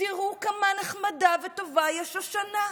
תראו כמה נחמדה וטובה היא השושנה.